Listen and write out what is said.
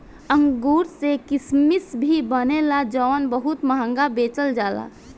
अंगूर से किसमिश भी बनेला जवन बहुत महंगा बेचल जाला